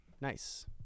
Nice